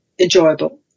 enjoyable